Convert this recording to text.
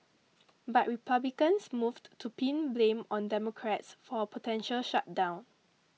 but Republicans moved to pin blame on Democrats for a potential shutdown